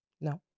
No